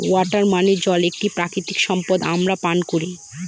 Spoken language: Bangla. ওয়াটার মানে জল এক প্রাকৃতিক সম্পদ আমরা পান করি